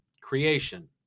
Creation